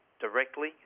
directly